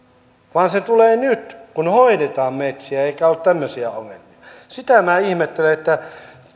vaan se tulee nyt kun hoidetaan metsiä eikä ole tämmöisiä ongelmia sitä minä ihmettelen että